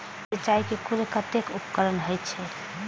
सिंचाई के कुल कतेक उपकरण होई छै?